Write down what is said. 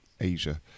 Asia